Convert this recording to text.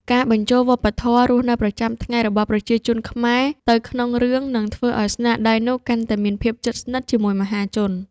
ការបញ្ចូលវប្បធម៌រស់នៅប្រចាំថ្ងៃរបស់ប្រជាជនខ្មែរទៅក្នុងរឿងនឹងធ្វើឱ្យស្នាដៃនោះកាន់តែមានភាពជិតស្និទ្ធជាមួយមហាជន។